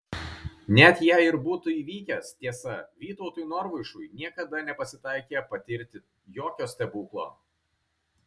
net jei ir būtų įvykęs tiesa vytautui norvaišui niekada nepasitaikė patirti jokio stebuklo